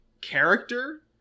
character